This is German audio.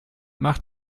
macht